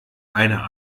einer